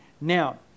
Now